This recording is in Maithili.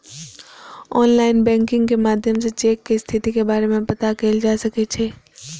आनलाइन बैंकिंग के माध्यम सं चेक के स्थिति के बारे मे पता कैल जा सकै छै